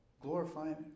glorifying